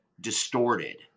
distorted